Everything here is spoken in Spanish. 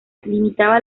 limitaba